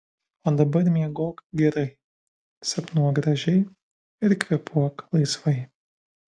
o dabar miegok gerai sapnuok gražiai ir kvėpuok laisvai